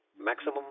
maximum